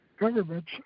governments